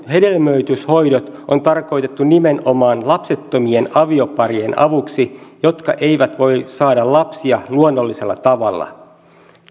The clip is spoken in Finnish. hedelmöityshoidot on tarkoitettu nimenomaan lapsettomien avioparien avuksi jotka eivät voi saada lapsia luonnollisella tavalla